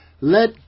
Let